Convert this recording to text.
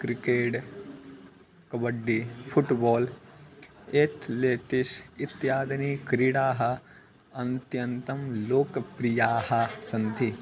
cricket kabaddi football athletics इत्यादिक्रीडाः अन्त्यन्तं लोकप्रियाः सन्ति